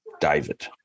David